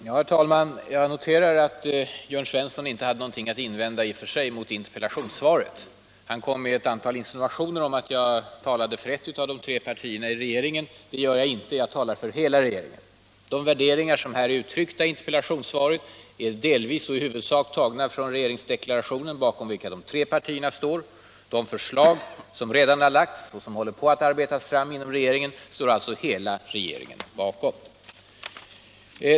Herr talman! Jag noterar att Jörn Svensson inte hade någonting att invända i och för sig mot interpellationssvaret. Han kom då med ett antal insinuationer om att jag bara talade för ett av de tre partierna i regeringen. Det gör jag inte — jag talar för hela regeringen. De värderingar som är uttryckta i interpellationssvaret är i huvudsak tagna från regeringsdeklarationen, bakom vilken de tre regeringspartierna står. De förslag som redan har framlagts och som håller på att arbetas fram inom regeringen står också hela regeringen bakom.